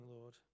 Lord